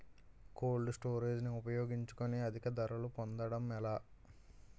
Cold storage ని ఉపయోగించుకొని అధిక ధరలు పొందడం ఎలా?